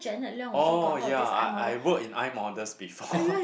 oh ya I I work in iModels before